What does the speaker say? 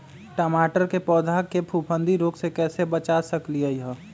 टमाटर के पौधा के फफूंदी रोग से कैसे बचा सकलियै ह?